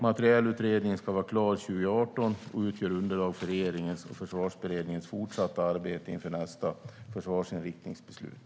Materielutredningen ska vara klar 2018 och utgör underlag för regeringens och Försvarsberedningens fortsatta arbete inför nästa försvarsinriktningsbeslut.